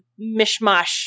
mishmash